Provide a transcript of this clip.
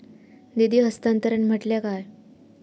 निधी हस्तांतरण म्हटल्या काय?